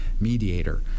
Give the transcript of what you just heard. mediator